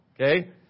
Okay